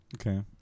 Okay